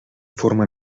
forma